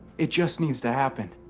it just needs to happen,